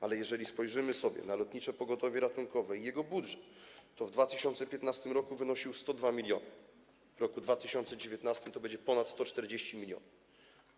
Ale jeżeli spojrzymy sobie na lotnicze pogotowie ratunkowe i jego budżet, to w 2015 r. wynosił on 102 mln zł, a w roku 2019 to będzie ponad 140 mln zł.